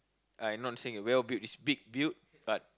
I not saying a well build it's big build but